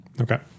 Okay